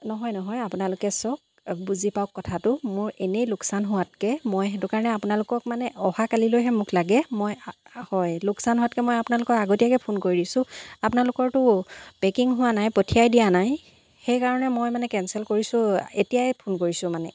নহয় নহয় আপোনালোকে চাওক বুজি পাওক কথাটো মোৰ এনেই লোকচান হোৱাতকৈ মই সেইটো কাৰণে আপোনালোকক মানে অহাকালিলৈহে মোক লাগে মই হয় লোকচান হোৱাতকৈ মই আপোনালোকক আগতীয়াকৈ ফোন কৰি দিছোঁ আপোনালোকৰতো পেকিং হোৱা নাই পঠিয়াই দিয়া নাই সেইকাৰণে মই মানে কেন্সেল কৰিছোঁ এতিয়াই ফোন কৰিছোঁ মানে